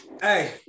Hey